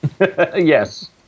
Yes